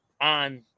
on